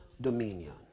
dominion